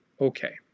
Okay